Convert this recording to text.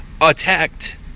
attacked